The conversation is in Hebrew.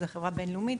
זו חברה בין-לאומית,